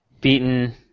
beaten